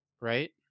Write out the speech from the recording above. Right